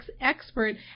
expert